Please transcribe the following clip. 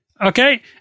okay